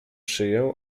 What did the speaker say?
szyję